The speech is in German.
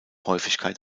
häufigkeit